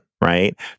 right